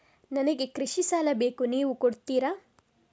ನನಗೆ ಕೃಷಿ ಸಾಲ ಬೇಕು ನೀವು ಕೊಡ್ತೀರಾ?